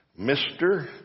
Mr